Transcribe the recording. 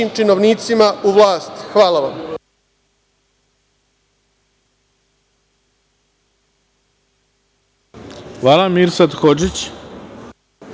Hvala vam.